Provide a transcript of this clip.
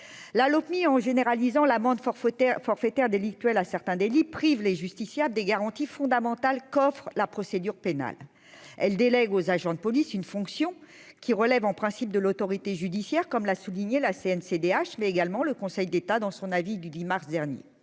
La Lopmi, en généralisant l'amende forfaitaire forfaitaire délictuelle à certains délits prive les justiciables des garanties fondamentales coffre la procédure pénale, elle délègue aux agents de police, une fonction qui relèvent en principe de l'autorité judiciaire, comme l'a souligné la Cncdh mais également le Conseil d'État dans son avis du 10 mars dernier